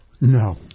No